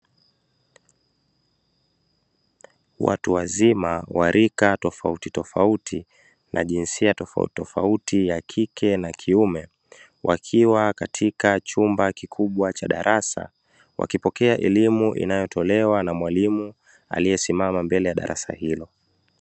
Watu wazima wa rika tofau titofauti, na jinsia tofauti tofauti ya kike na kiume, wakiwa katika chumba kikubwa cha darasa wakipokea elimu, inayotolewa na mwalimu aliye simama mbele ya darasa hilo.